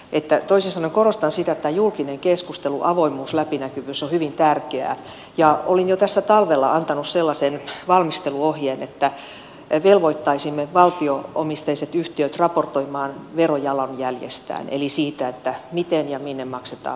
toisin sanoen korostan sitä että julkinen keskustelu avoimuus läpinäkyvyys on hyvin tärkeää ja olin jo tässä talvella antanut sellaisen valmisteluohjeen että velvoittaisimme valtio omisteiset yhtiöt raportoimaan verojalanjäljestään eli siitä miten ja minne maksetaan veroja